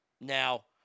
Now